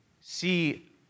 see